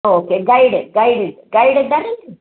okay guide guide guide ಇದ್ದಾನೆ